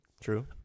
True